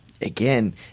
Again